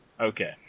Okay